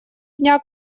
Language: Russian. дня